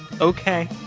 okay